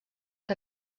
que